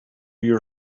your